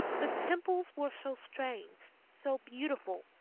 the temples were so strange, so beautiful,